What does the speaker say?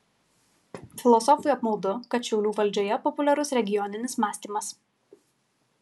filosofui apmaudu kad šiaulių valdžioje populiarus regioninis mąstymas